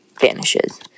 vanishes